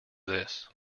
this